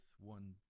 one